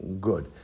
Good